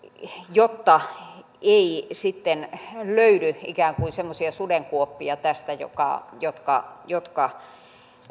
jotta tästä ei sitten löydy ikään kuin semmoisia sudenkuoppia jotka jotka